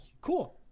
Cool